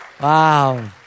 Wow